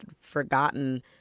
forgotten